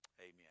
Amen